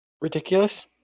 Ridiculous